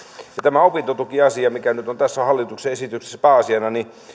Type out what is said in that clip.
ja tämä opintotukiasia mikä nyt on tässä hallituksen esityksessä pääasiana